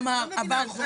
אני לא מבינה.